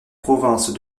provinces